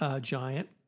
giant